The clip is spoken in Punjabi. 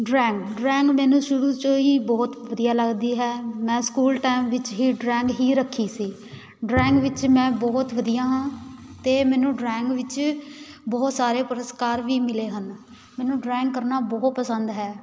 ਡਰੈਂਗ ਡਰੈਂਗ ਮੈਨੂੰ ਸ਼ੁਰੂ 'ਚੋਂ ਹੀ ਬਹੁਤ ਵਧੀਆ ਲੱਗਦੀ ਹੈ ਮੈਂ ਸਕੂਲ ਟਾਈਮ ਵਿੱਚ ਹੀ ਡਰੈਂਗ ਹੀ ਰੱਖੀ ਸੀ ਡਰੈਂਗ ਵਿੱਚ ਮੈਂ ਬਹੁਤ ਵਧੀਆ ਹਾਂ ਅਤੇ ਮੈਨੂੰ ਡਰੈਂਗ ਵਿੱਚ ਬਹੁਤ ਸਾਰੇ ਪੁਰਸਕਾਰ ਵੀ ਮਿਲੇ ਹਨ ਮੈਨੂੰ ਡਰੈਂਗ ਕਰਨਾ ਬਹੁਤ ਪਸੰਦ ਹੈ